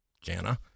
Jana